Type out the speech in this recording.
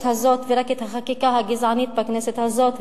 הזאת ורק את החקיקה הגזענית בכנסת הזאת,